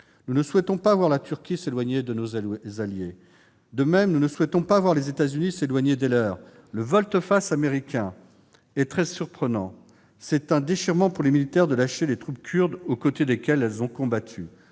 Nous ne souhaitons pas voir la Turquie s'éloigner de ses alliés. De même, nous ne souhaitons pas voir les États-Unis s'éloigner des leurs. La volte-face américaine est très surprenante. C'est un déchirement pour les militaires de lâcher les troupes kurdes aux côtés desquelles elles ont combattu.